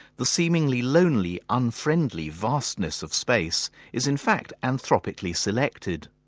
the seemingly lonely, unfriendly vastness of space is in fact anthropically selected.